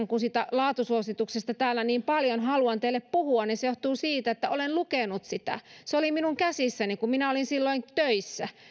kun siitä laatusuosituksesta täällä niin paljon haluan teille puhua niin se johtuu siitä että olen lukenut sitä se oli minun käsissäni kun minä olin silloin töissä vuonna kaksituhattakahdeksan